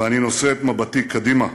ואני נושא את מבטי קדימה.